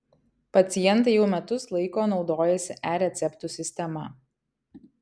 pacientai jau metus laiko naudojasi e receptų sistema